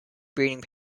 breeding